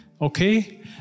okay